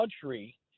country